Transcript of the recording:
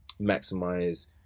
maximize